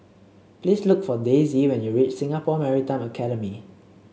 please look for Daisey when you reach Singapore Maritime Academy